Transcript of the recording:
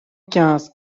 quinze